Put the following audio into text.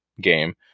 game